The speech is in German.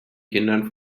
kindern